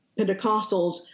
Pentecostals